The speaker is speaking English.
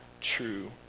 true